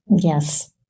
Yes